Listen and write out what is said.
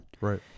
Right